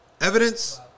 Evidence